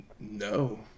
no